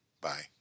bye